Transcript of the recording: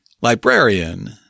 librarian